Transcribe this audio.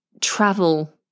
travel